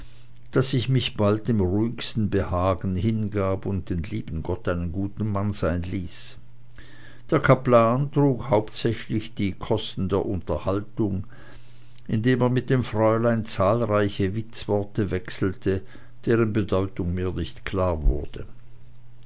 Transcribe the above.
daß ich mich bald dem ruhigsten behagen hingab und den lieben gott einen guten mann sein ließ der kaplan trug hauptsächlich die kosten der unterhaltung indem er mit dem fräulein zahlreiche witzworte wechselte deren bedeutung mir nicht klar wurde